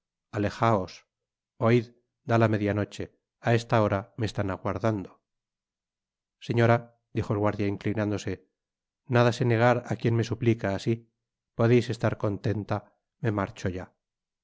alejaos oid dá la media noche á esta hora me están aguardando señora dijo el guardia inclinándose nada sé negar á quien me suplica asi podeis estar contenta me marcho ya